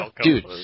Dude